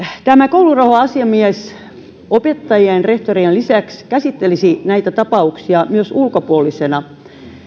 tämä koulurauha asiamies opettajien ja rehtorien lisäksi käsittelisi näitä tapauksia myös ulkopuolisena